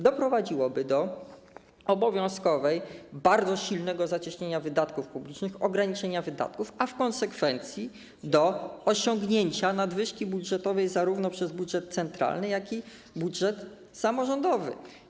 Doprowadziłoby do obowiązkowego, bardzo silnego zacieśnienia wydatków publicznych, ograniczenia wydatków, a w konsekwencji do osiągnięcia nadwyżki budżetowej zarówno przez budżet centralny, jak i budżet samorządowy.